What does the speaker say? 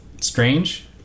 strange